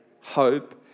hope